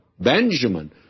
Benjamin